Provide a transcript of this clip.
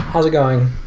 how's it going?